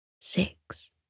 Six